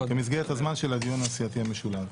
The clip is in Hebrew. כמסגרת הזמן של הדיון הסיעתי המשולב.